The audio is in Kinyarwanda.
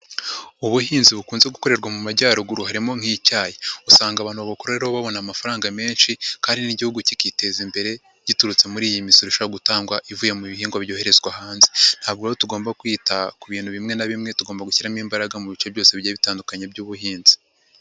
Ubuhinzi bukunze gukorerwa mu Majyaruguru harimo nk'icyayi, usanga abantu bakoreraho babona amafaranga menshi kandi n'Igihugu kikiteza imbere giturutse muri iyi misoro ishobora gutangwa ivuye mu bihingwa byoherezwa hanze, ntabwo rero tugomba kwita ku bintu bimwe na bimwe, tugomba gushyiramo imbaraga mu bice byose bigiye bitandukanye by'ubuhinzi